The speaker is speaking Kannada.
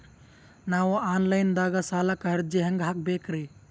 ನಾವು ಆನ್ ಲೈನ್ ದಾಗ ಸಾಲಕ್ಕ ಅರ್ಜಿ ಹೆಂಗ ಹಾಕಬೇಕ್ರಿ?